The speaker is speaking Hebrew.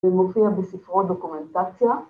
‫הוא מופיע בספרו דוקומנטציה.